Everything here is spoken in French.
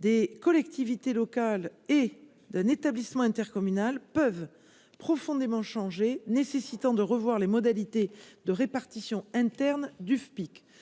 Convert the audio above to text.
des collectivités locales et d'un établissement intercommunal peuvent profondément changer nécessitant de revoir les modalités de répartition interne du FPIC